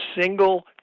single